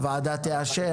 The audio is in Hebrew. הוועדה תאשר.